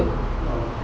ha